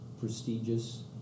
prestigious